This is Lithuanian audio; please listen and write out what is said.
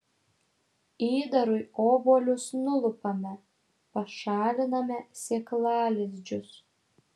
įdarui obuolius nulupame pašaliname sėklalizdžius